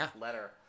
letter